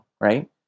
right